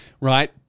right